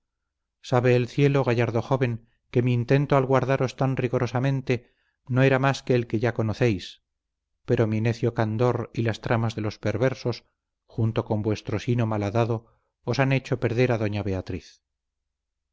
sabe el cielo gallardo joven que mi intento al guardaros tan rigorosamente no era más que el que ya conocéis pero mi necio candor y las tramas de los perversos junto con vuestro sino malhadado os han hecho perder a doña beatriz